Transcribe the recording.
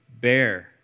Bear